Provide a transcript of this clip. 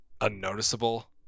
unnoticeable